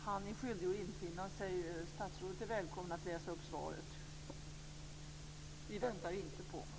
Han är skyldig att infinna sig. Statsrådet är välkommen att läsa upp svaret. Vi väntar inte på honom.